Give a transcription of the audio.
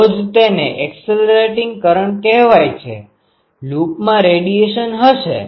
તો જ તેને એકસેલરેટીંગ કરંટ કહેવાય છે લૂપમાં રેડિયેશન હશે